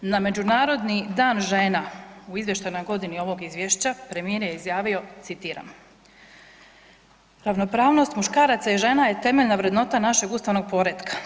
Na Međunarodni dan žena u izvještajnoj godini ovog izvješća premijer je izjavio citiram, ravnopravnost muškaraca i žena je temeljna vrednota našeg ustavnog poretka.